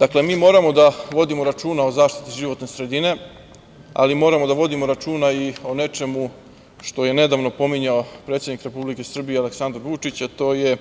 Dakle, mi moramo da vodimo računa o zaštiti životne sredine, ali moramo da vodimo računa i o nečemu što je nedavno pominjao predsednik Republike Srbije, Aleksandar Vučić, a to je,